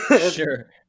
Sure